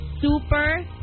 super